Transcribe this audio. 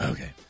Okay